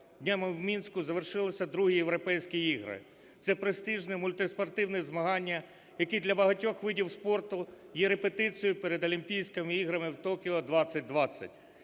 Днями в Мінську завершилися ІІ Європейські ігри – це престижні мультиспортивні змагання, які для багатьох видів спорту є репетицією перед Олімпійськими іграми в Токіо-2020.